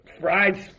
Fried